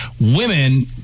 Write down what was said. Women